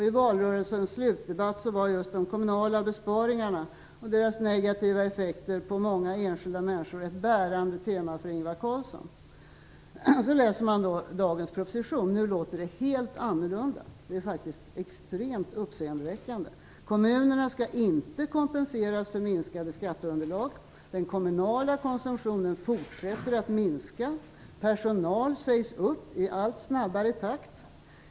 I valrörelsens slutdebatt var just de kommunala besparingarna och deras negativa effekter på många enskilda människor ett bärande tema för När man nu läser dagens proposition så låter det helt annorlunda. Det är faktiskt extremt uppseendeväckande. Kommunerna skall inte kompenseras för minskade skatteunderlag. Den kommunala konsumtionen fortsätter att minska. Personal sägs upp i allt snabbare takt.